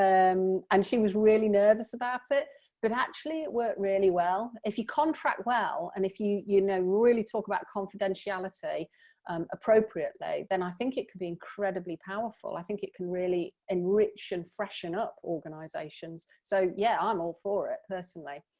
um and she was really nervous about it but actually it worked really well. if you contract well, and if you you know really talk about confidentiality appropriately then i think it could be incredibly powerful. i think it can really enrich and freshen up organisations. so yeah i'm all for it personally.